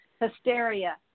hysteria